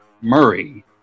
Murray